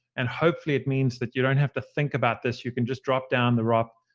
and hopefully it means that you don't have to think about this. you can just drop down the rop,